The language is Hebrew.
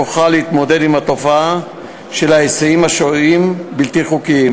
בכוחה להתמודד עם התופעה של הסעת שוהים בלתי חוקיים